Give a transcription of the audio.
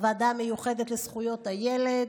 הוועדה המיוחדת לזכויות הילד,